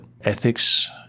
ethics